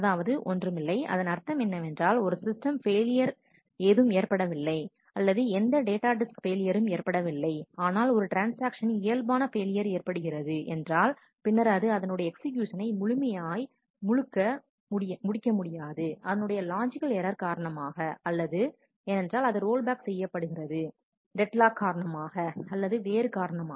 அதாவது ஒன்றுமில்லை அதன் அர்த்தம் என்னவென்றால் ஒரு ஸிஸ்டம் பெயிலியர் ஏதும் ஏற்படவில்லை அல்லது எந்த ஒரு டேட்டா டிஸ்க் பெயிலியறும் ஏற்படவில்லை ஆனால் ஒரு ட்ரான்ஸ்ஆக்ஷனில் இயல்பான ஃபெயிலியர் ஏற்படுகிறது என்றால் பின்னர் அது அதனுடைய எக்ஸிகியூசனை முழுமையாய் முடிக்க முடியாதுஅதனுடைய லாஜிக்கல் ஏரர் காரணமாக அல்லது ஏனென்றால் அது ரோல்பேக் செய்யப்படுகிறது டெட் லாக் காரணமாக அல்லது வேறு காரணமாக